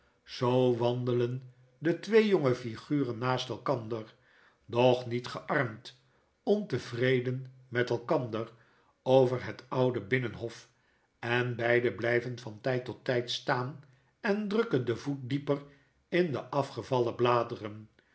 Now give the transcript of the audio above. zoo wandelen de twee jonge figuren naast elkander doch niet gearmd ontevreden met elkander over het oude binnenhof en beiden blyven van tyd tot tijd staan en drukken den voet dieper in de afgevallen bladeren